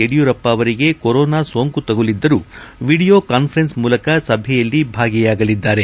ಯಡಿಯೂರಪ್ಪ ಅವರಿಗೆ ಕೊರೋನಾ ಸೋಂಕು ತಗುಲಿದ್ದರೂ ವೀಡಿಯೋ ಕಾಸ್ವೆರೆನ್ಸ್ ಮೂಲಕ ಸಭೆಯಲ್ಲಿ ಭಾಗಿಯಾಗಲಿದ್ದಾರೆ